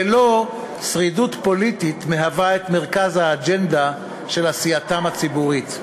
ולא שרידות פוליטית מהווה את מרכז האג'נדה של עשייתם הציבורית.